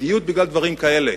בדיוק בגלל דברים כאלה.